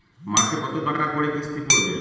মাসে কত টাকা করে কিস্তি পড়বে?